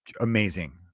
amazing